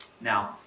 Now